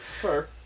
Sure